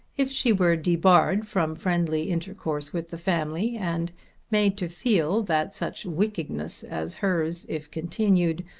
if she were debarred from friendly intercourse with the family and made to feel that such wickedness as hers, if continued,